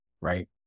right